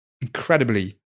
incredibly